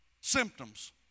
symptoms